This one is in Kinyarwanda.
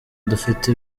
dufite